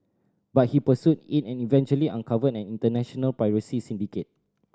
but he pursued it and eventually uncovered an international piracy syndicate